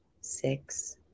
six